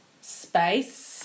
space